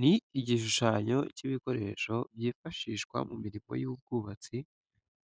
Ni igishushanyo cy’ibikoresho byifashishwa mu mirimo y’ubwubatsi